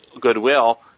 goodwill